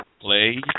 play